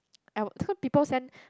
I so people send